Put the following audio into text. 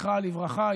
זכרה לברכה,